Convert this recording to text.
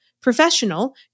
professional